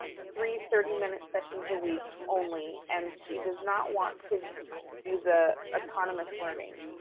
three thirty minute sessions a week only and she does not want to do the autonomous learning.